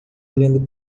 olhando